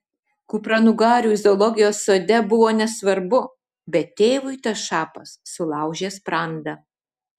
kupranugariui zoologijos sode buvo nesvarbu bet tėvui tas šapas sulaužė sprandą